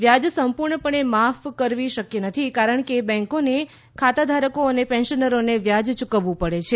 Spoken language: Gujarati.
વ્યાજ સંપૂર્ણપણે માફ કરવી શક્ય નથી કારણ કે બેન્કીને ખાતાધારકો અને પેન્શનરોને વ્યાજ યૂકવવું પડે છે